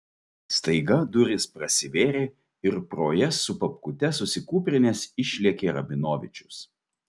staiga durys prasivėrė ir pro jas su papkute susikūprinęs išlėkė rabinovičius